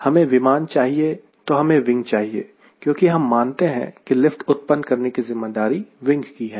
हमें विमान चाहिए तो हमें विंग चाहिए क्योंकि हम मानते हैं की लिफ्ट उत्पन्न करने की ज़िम्मेदारी विंग की है